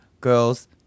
Girls